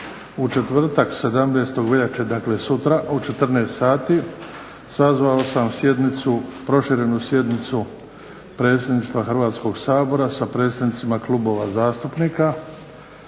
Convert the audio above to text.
u četvratak 17. veljače, dakle sutra, u 14 sati sazvao sam proširenu sjednicu Predsjedništva Hrvatskoga sabora sa predsjednicima klubova zastupnika u dvorani